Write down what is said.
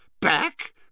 Back